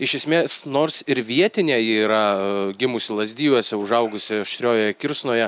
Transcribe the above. iš esmės nors ir vietinė ji yra gimusi lazdijuose užaugusi aštriojoje kirsnoje